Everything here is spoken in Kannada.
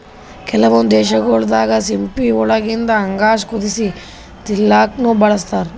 ಕೆಲವೊಂದ್ ದೇಶಗೊಳ್ ದಾಗಾ ಸಿಂಪಿ ಒಳಗಿಂದ್ ಅಂಗಾಂಶ ಕುದಸಿ ತಿಲ್ಲಾಕ್ನು ಬಳಸ್ತಾರ್